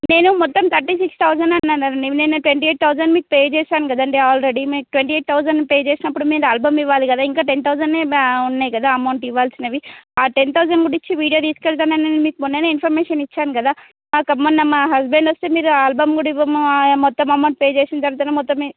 నేను మొత్తం thirty six thousand అన్నాను అండి నిన్న ట్వంటీ ఎయిట్ థౌసండ్ మీకు పే చేసాను కదండి ఆల్రెడీ మీకు ట్వంటీ ఎయిట్ థౌసండ్ పే చేసినపుడు మీరు ఆల్బమ్ ఇవ్వాలి కదా ఇంకా టెన్ థౌసండ్ బ్యా ఉన్నాయి కదా అమౌంట్ ఇవ్వాల్సినవి ఆ టెన్ థౌసండ్ కుడా ఇచ్చి వీడియో తీసుకు వెళ్తానని నేను మీకు మొన్న ఇన్ఫర్మేషన్ ఇచ్చాను కదా మాకు మొన్న మా హస్బెండ్ వస్తే మీరు ఆల్బమ్ కుడా ఇవ్వము మొత్తం అమౌంట్ పే చేసిన తరువాత మొత్తం